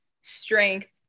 strength